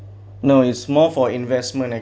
no it's more for investment